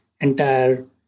entire